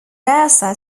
vanessa